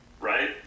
right